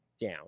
down